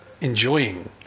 enjoying